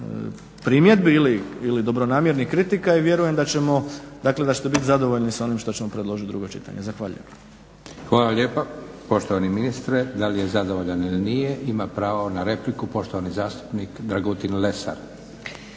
primjedbi ili dobronamjernih kritika i vjerujem da ćete biti zadovoljni onim što ćemo predložit u drugom čitanju. Zahvaljujem. **Leko, Josip (SDP)** Hvala lijepa poštovani ministre. Da li je zadovoljan ili nije, ima pravo na repliku. Poštovani zastupnik Dragutin Lesar.